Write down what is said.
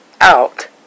out